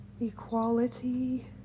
equality